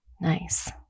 Nice